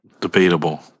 debatable